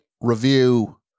review